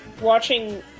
watching